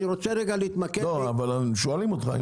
אני רוצה להתמקד -- אבל שואלים אותך.